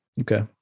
Okay